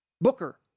Booker